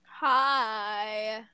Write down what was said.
Hi